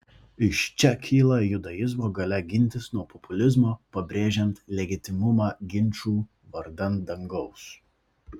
iš čia kyla judaizmo galia gintis nuo populizmo pabrėžiant legitimumą ginčų vardan dangaus